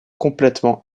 complètement